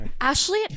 Ashley